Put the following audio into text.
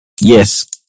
yes